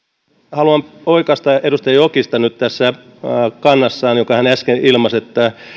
haluan oikaista edustaja jokista nyt tässä hänen kannassaan jonka hän äsken ilmaisi